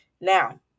Now